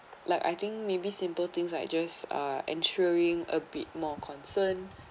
like I think maybe simple things like just uh ensuring a bit more concern